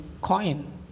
coin